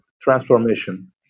transformation